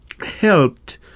helped